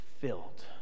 filled